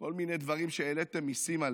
כל מיני דברים שהעליתם עליהם מיסים,